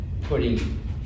putting